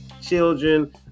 children